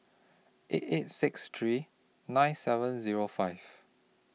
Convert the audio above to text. eight eight six three nine seven Zero five